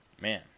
man